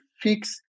fix